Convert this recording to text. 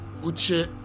Uche